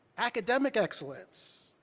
academic excellence.